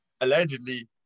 allegedly